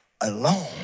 alone